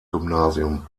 gymnasium